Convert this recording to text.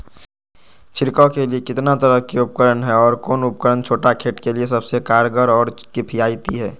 छिड़काव के लिए कितना तरह के उपकरण है और कौन उपकरण छोटा खेत के लिए सबसे कारगर और किफायती है?